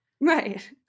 Right